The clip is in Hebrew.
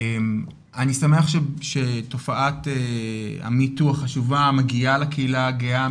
אני שמח שתופעת ה-METOO החשובה מגיעה לקהילה הגאה,